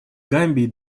гамбии